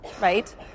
right